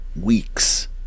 weeks